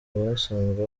basanzwe